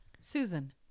Susan